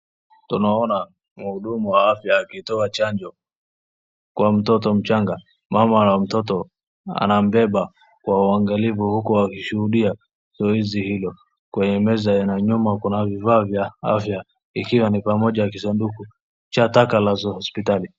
Tunaona muhudumu wa afya akitoa chanjo kwa mtoto mchanga. Mama na mtoto anamubeba kwa uangalifu huku akishuhudia zoezi hilo. Kwenye meza kuna vifaa vya afya ikiwa ni pamoja na kisanduku cha taka la hosipitali.